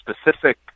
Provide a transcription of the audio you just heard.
specific